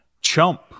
chump